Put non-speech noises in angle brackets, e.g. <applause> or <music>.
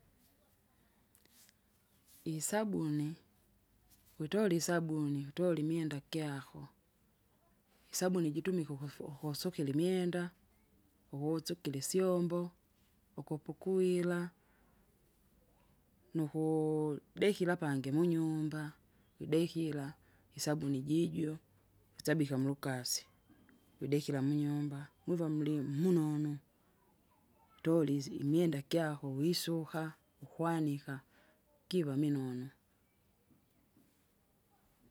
<noise> isabuni, witola isabuni wutola imwenda gyako <noise> isabuni jitumika ukufu- ukusukila imwenda, ukusukila isyomnbo, ukupukwira, nukuu- dekira pangi munyumba, widekira, isabuni jijo. Itsabika mulukasi <noise> widekira munyumba, mwiva muli munonu, <noise> mutuli isi- imwenda kyako wisuka, ukwanika, <noise> giva minonu. <noise>